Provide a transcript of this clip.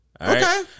Okay